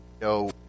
no